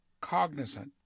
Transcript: cognizant